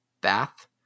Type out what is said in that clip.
bath